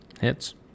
hits